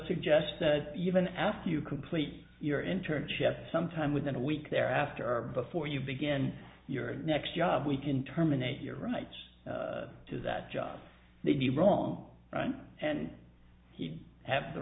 suggest even after you complete your internship sometime within a week they're after or before you begin your next job we can terminate your rights to that job they'd be wrong and he'd have the